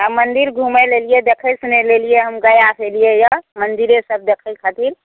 हम मन्दिर घुमैलए अएलिए देखै सुनैलए अएलिए हम गयासे अएलिए यऽ मन्दिरेसब देखै खातिर